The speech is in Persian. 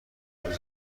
روز